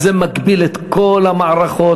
זה מגביל את כל המערכות.